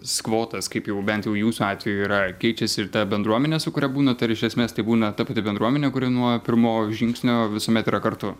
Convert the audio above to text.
skvotas kaip jau bent jau jūsų atveju yra keičiasi ir ta bendruomene su kuria būnat ar iš esmės tai būna ta pati bendruomenė kuri nuo pirmo žingsnio visuomet yra kartu